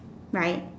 right